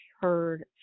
heard